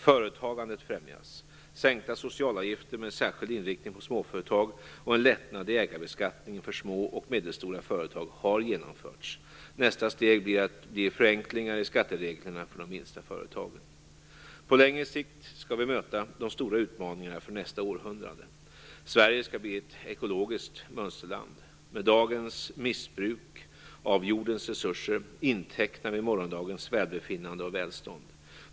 Företagandet främjas. Sänkta socialavgifter med särskild inriktning på småföretag, och en lättnad i ägarbeskattningen för små och medelstora företag har genomförts. Nästa steg blir förenklingar i skattereglerna för de minsta företagen. På längre sikt skall vi möta de stora utmaningarna för nästa århundrade. Sverige skall bli ett ekologiskt mönsterland. Med dagens missbruk av jordens resurser intecknar vi morgondagens välbefinnande och välstånd.